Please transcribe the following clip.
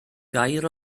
gair